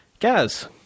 Gaz